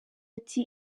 ati